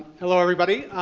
hello, everybody.